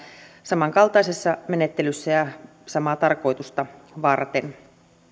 samankaltaisessa menettelyssä ja samaa tarkoitusta varten